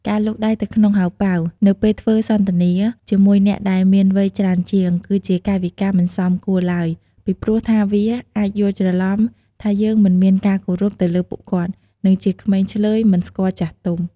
ការលូកដៃទៅក្នុងហោប៉ៅ នៅពេលធ្វើសន្ទនាជាមួយអ្នកដែលមានវ័យច្រើនជាង គឺជាកាយវិការមិនសមគួរឡើយ ពីព្រោះថាវាអាចយល់ច្រឡំ ថាយើងមិនមានការគោរពទៅលើពួកគាត់ និងជាក្មេងឈ្លើយមិនស្គាល់ចាស់ទុំ។